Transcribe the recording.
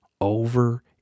over